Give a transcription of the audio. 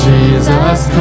Jesus